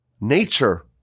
nature